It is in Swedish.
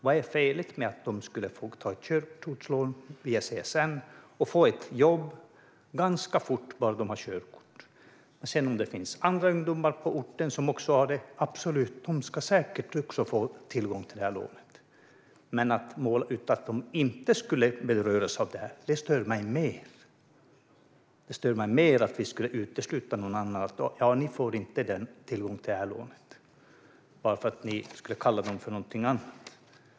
Vad är felet med att de får ta ett körkortslån via CSN och kan få ett jobb ganska fort när de väl har körkort? Andra ungdomar på orten kan ganska säkert också få tillgång till lånet. Men att måla upp att de inte skulle beröras av det här stör mig mer. Det stör mig mer att vi skulle utesluta några andra och inte ge dem tillgång till lånet bara för att ni skulle kalla dem för någonting annat.